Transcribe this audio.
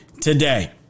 today